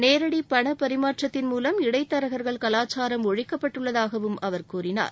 நேரடி பண பரிமாற்றத்தின் மூவம் இடைத்தரகர்கள் கவாச்சாரம் ஒழிக்கப்பட்டுள்ளதாகவும் அவர் கூறினார்